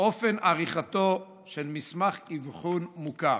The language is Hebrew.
אופן עריכתו של מסמך אבחון מוכר".